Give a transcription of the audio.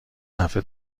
هفته